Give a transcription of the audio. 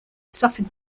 suffered